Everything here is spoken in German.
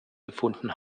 gefunden